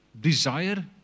desire